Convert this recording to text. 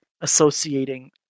associating